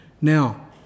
Now